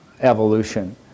evolution